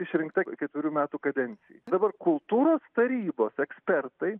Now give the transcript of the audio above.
išrinkta ketverių metų kadencijai dabar kultūros tarybos ekspertai